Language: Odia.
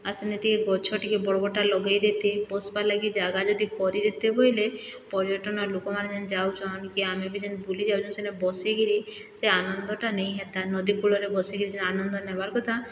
ଆର୍ ସେନେ ଟିକିଏ ଗଛ ଟିକିଏ ବଡ଼ ବଡ଼ଟା ଲଗେଇ ଦେଇଥି ବସ୍ ବା ଲାଗି ଜାଗା ଯଦି କରିଦେଇଥେ ବୋଇଲେ ପର୍ଯ୍ୟଟନ ଲୋକମାନେ ଯାଉଛନ୍ କି ଆମେ ବି ଯେନ୍ ବୁଲି ଯାଉଛନ୍ ସେନେ ବସିକିରି ସେ ଆନନ୍ଦଟା ନେଇ ହେତା ନଦୀ କୂଳରେ ବସିକିରି ଯେନ୍ ଆନନ୍ଦ ନେବାର୍ କଥା